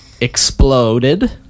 exploded